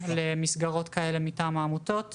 למסגרות כאלה מטעם העמותות וכמובן,